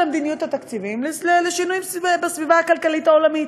המדיניות התקציבית לשינויים בסביבה הכלכלית העולמית.